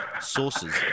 Sources